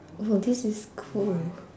oh this is cool